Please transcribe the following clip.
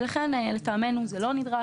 ולכן זה לא נדרש לטעמנו.